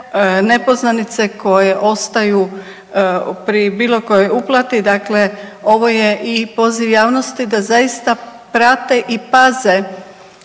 nepoznanice koje ostaju pri bilo kojoj uplati, dakle ovo je i poziv javnosti da zaista prate i paze